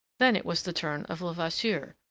then it was the turn of levasseur,